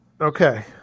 Okay